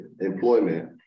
employment